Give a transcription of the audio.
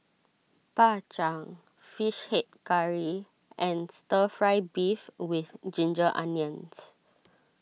Bak Chang Fish Head Curry and Stir Fry Beef with Ginger Onions